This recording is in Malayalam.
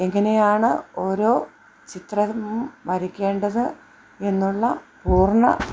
എങ്ങനെയാണ് ഓരോ ചിത്രം വരക്കേണ്ടത് എന്നുള്ള പൂർണ്ണ